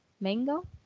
Mango